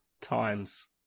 Times